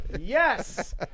yes